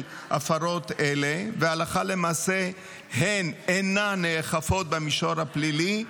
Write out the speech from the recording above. הפרות אלה והלכה למעשה הן אינן נאכפות במישור הפלילי,